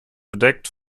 bedeckt